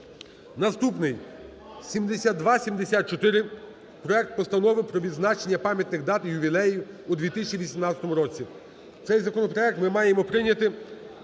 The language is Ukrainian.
Наступний, 7274, проект Постанови про відзначення пам'ятних дат і ювілеїв у 2018 році. Цей законопроект ми маємо прийняти